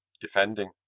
defending